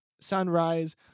sunrise